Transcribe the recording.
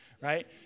right